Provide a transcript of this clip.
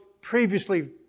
previously